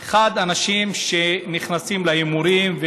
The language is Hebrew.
1. אנשים שנכנסים להימורים,